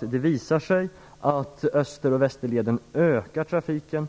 Det visar sig att Öster och Västerlederna ökar trafiken